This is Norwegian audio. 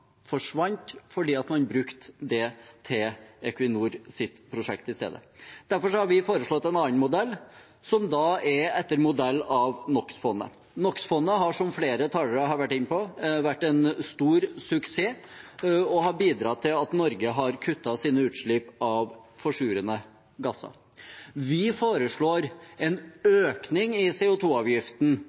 forsvant fordi man brukte dem til Equinors prosjekt i stedet? Derfor har vi foreslått en annen modell, etter modell av NOx-fondet. NOx-fondet har, som flere talere har vært inne på, vært en stor suksess og har bidratt til at Norge har kuttet sine utslipp av forsurende gasser. Vi foreslår en økning i